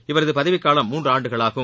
இவரது பதவிக் காலம் மூன்றாண்டுகளாகும்